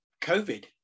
covid